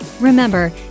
Remember